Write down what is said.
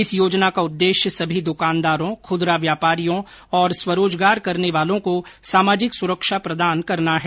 इस योजना का उद्देश्य सभी द्वकानदारों खुदरा व्यापारियों और स्वरोजगार करने वालों को सामाजिक सुरक्षा प्रदान करना है